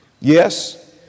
Yes